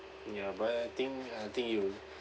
ya but I think I think you